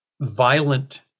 violent